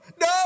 no